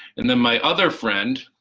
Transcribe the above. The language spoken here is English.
and then my other friend